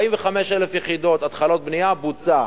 45,000 יחידות, התחלות בנייה, בוצע,